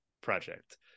project